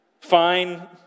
fine